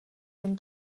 jen